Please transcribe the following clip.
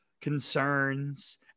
concerns